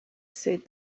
said